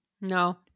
No